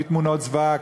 מתמונות זוועה,